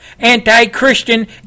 anti-Christian